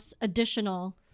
additional